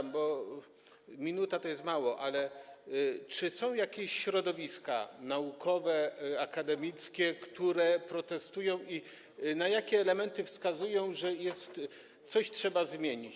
Minuta to jest mało, ale zapytam, czy są jakieś środowiska naukowe, akademickie, które protestują i na jakie elementy wskazują, że coś w nich trzeba zmienić.